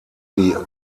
die